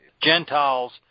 Gentiles